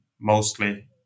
mostly